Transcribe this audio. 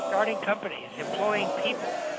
starting companies, employing people,